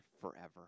forever